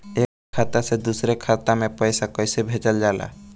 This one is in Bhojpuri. एक खाता से दुसरे खाता मे पैसा कैसे भेजल जाला?